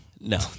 No